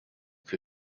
für